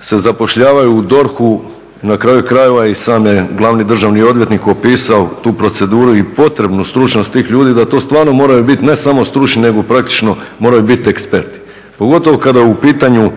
se zapošljavaju u DORH-u, na kraju krajeva i sam je glavni državni odvjetnik opisao tu proceduru i potrebnu stručnost tih ljudi, da to stvarno moraju biti ne samo stručni nego praktično moraju biti eksperti, pogotovo kada je u pitanju